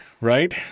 right